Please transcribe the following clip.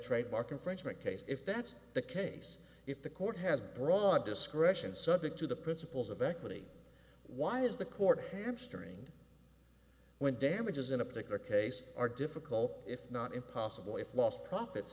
trademark infringement case if that's the case if the court has broad discretion subject to the principles of equity why is the court hamstring when damages in a particular case are difficult if not impossible if lost profit